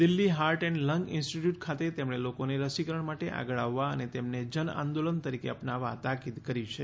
Delhi heart and lung institute ખાતે તેમણે લોકોને રસીકરણ માટે આગળ આવવા અને તેને જન આંદોલન તરીકે અપનાવવા તાકીદ કરી છે